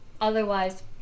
Otherwise